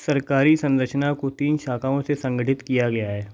सरकारी संरचना को तीन शाखाओं से संगठित किया गया है